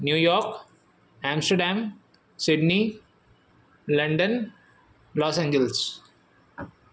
New York Amsterdam Sydney London los angelus